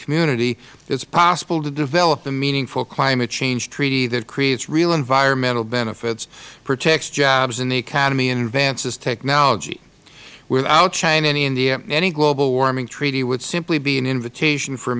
community it is possible to develop the meaningful climate change treaty that creates real environmental benefits protects jobs in the economy and advances technology without china and india any global warming treaty would simply be an invitation for